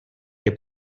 che